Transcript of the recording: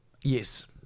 Yes